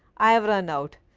i have run out.